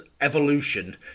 evolution